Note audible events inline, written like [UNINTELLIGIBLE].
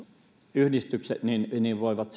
yhdistykset voivat [UNINTELLIGIBLE]